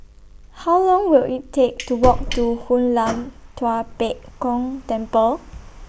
How Long Will IT Take to Walk to Hoon Lam Tua Pek Kong Temple